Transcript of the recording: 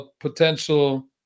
potential